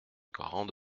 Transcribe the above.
grande